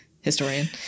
historian